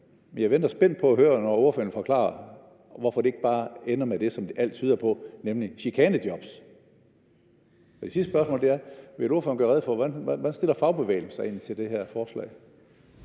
men jeg venter spændt på at høre ordføreren forklare, hvorfor det ikke bare ender med det, som alt tyder på, nemlig chikanejobs. Det sidste spørgsmål er: Vil ordføreren gøre rede for, hvordan fagbevægelsen egentlig stiller sig til det her forslag?